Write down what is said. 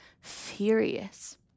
furious